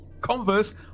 converse